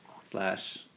slash